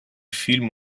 film